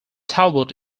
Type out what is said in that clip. talbot